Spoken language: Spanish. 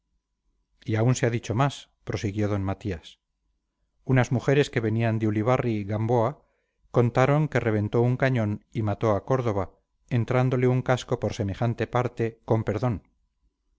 y aún se ha dicho más prosiguió don matías unas mujeres que venían de ulibarri gamboa contaron que reventó un cañón y mató a córdova entrándole un casco por semejante parte con perdón